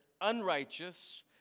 unrighteous